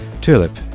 Tulip